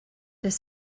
das